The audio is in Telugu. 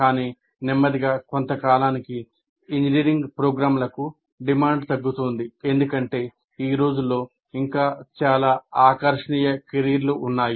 కానీ నెమ్మదిగా కొంత కాలానికి ఇంజనీరింగ్ ప్రోగ్రామ్లకు డిమాండ్ తగ్గుతోంది ఎందుకంటే ఈ రోజుల్లో ఇంకా చాలా ఆచరణీయ కెరీర్లు ఉన్నాయి